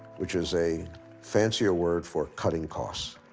which is a fancier word for cutting costs.